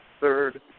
third